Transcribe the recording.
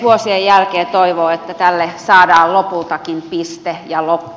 vuosien jälkeen toivoo että tälle saadaan lopultakin piste ja loppu